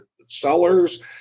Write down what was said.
sellers